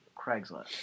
Craigslist